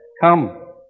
Come